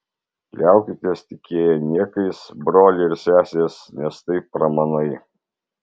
liaukitės tikėję niekais broliai ir sesės nes tai pramanai